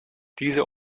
diese